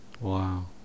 Wow